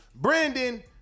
Brandon